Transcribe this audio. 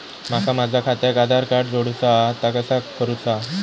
माका माझा खात्याक आधार कार्ड जोडूचा हा ता कसा करुचा हा?